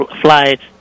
flights